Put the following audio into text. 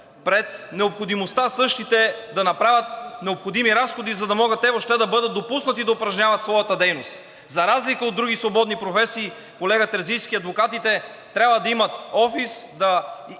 пред необходимостта същите да направят необходими разходи, за да могат въобще да бъдат допуснати да упражняват своята дейност. За разлика от други свободни професии, колега Терзийски, адвокатите трябва да имат офис, да